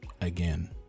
Again